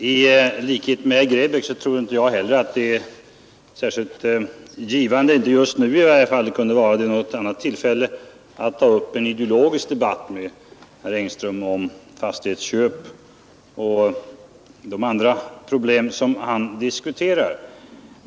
Herr talman! I likhet med herr Grebäck tror jag inte att det är särskilt givande — i varje fall inte just nu; det kunde vara det vid något annat tillfälle — att ta upp en ideologisk debatt med herr Engström om fastighetsköp och om de andra problem som han diskuterar.